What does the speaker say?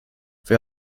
wer